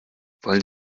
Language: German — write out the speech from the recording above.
wollen